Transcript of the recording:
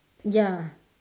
ya